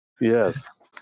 Yes